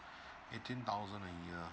eighteen thousand a year